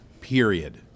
period